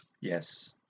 Yes